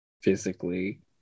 physically